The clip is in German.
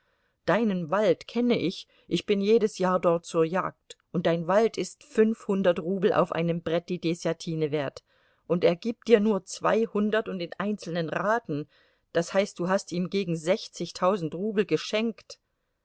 deinen wald kenne ich ich bin jedes jahr dort zur jagd und dein wald ist fünfhundert rubel auf einem brett die deßjatine wert und er gibt dir nur zweihundert und in einzelnen raten das heißt du hast ihm gegen sechzigtausend rubel geschenkt